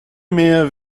mehr